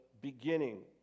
beginning